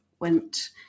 went